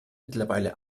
mittlerweile